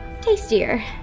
tastier